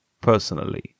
personally